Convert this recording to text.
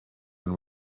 when